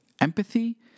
empathy